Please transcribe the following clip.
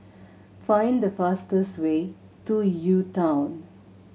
find the fastest way to U Town